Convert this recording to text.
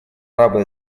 арабо